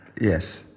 Yes